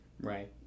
Right